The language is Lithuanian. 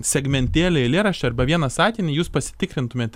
segmentėlį eilėraščio arba vieną sakinį jūs pasitikrintumėt